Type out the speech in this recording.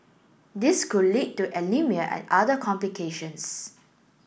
this could lead to anaemia and other complications